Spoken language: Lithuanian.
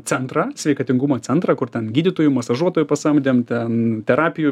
centrą sveikatingumo centrą kur ten gydytojų masažuotojų pasamdėm ten terapijų